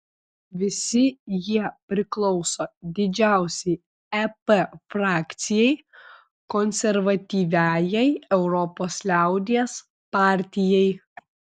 visi jie priklauso didžiausiai ep frakcijai konservatyviajai europos liaudies partijai